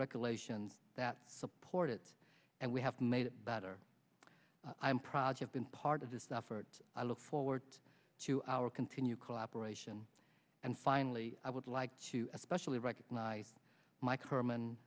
regulation that support it and we have made it better i am project been part of this effort i look forward to our continued cooperation and finally i would like to especially recognize mike herman